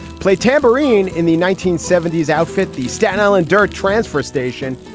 played tambourine in the nineteen seventy s outfit, the staten island dirt transfer station.